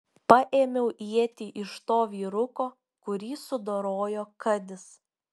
paėmiau ietį iš to vyruko kurį sudorojo kadis